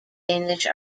danish